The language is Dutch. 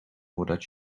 voordat